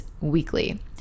weekly